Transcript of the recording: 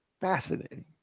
fascinating